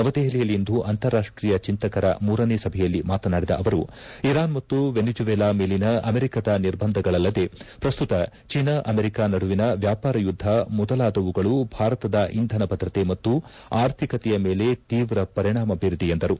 ನವದೆಪಲಿಯಲ್ಲಿಂದು ಅಂತಾರಾಷ್ಟೀಯ ಚಿಂತಕರ ಮೂರನೇ ಸಭೆಯಲ್ಲಿ ಮಾತನಾಡಿದ ಅವರು ಇರಾನ್ ಮತ್ತು ವೆನಿಜುವೆಲಾ ಮೇಲಿನ ಅಮೆರಿಕದ ನಿರ್ಬಂಧಗಳಲ್ಲದೇ ಪ್ರಸ್ತುತ ಚೀನಾ ಅಮೆರಿಕ ನಡುವಿನ ವ್ಯಾಪಾರ ಯುದ್ಧ ಮೊದಲಾದವುಗಳು ಭಾರತದ ಇಂಧನ ಭದ್ರತೆ ಮತ್ತು ಆರ್ಥಿಕತೆಯ ಮೇಲೆ ತೀವ್ರ ಪರಿಣಾಮ ಬೀರಿದೆ ಎಂದರು